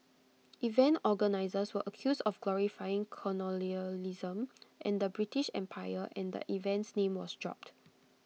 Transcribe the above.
event organisers were accused of glorifying colonialism and the British empire and the event's name was dropped